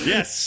Yes